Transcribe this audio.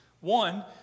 One